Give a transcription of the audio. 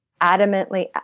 adamantly